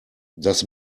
das